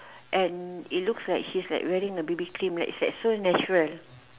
and it looks like she's like wearing a B_B cream right it's like so natural